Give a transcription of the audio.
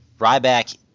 Ryback